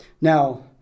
Now